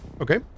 Okay